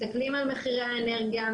מסתכלים על מחירי האנרגיה,